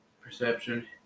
Perception